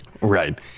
Right